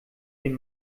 den